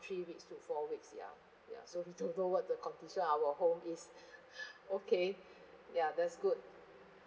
three weeks to four weeks ya ya so we don't know what the condition our home is okay ya that's good